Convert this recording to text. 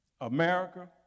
America